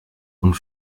und